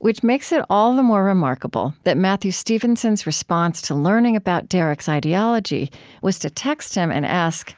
which makes it all the more remarkable that matthew stevenson's response to learning about derek's ideology was to text him and ask,